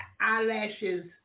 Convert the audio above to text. Eyelashes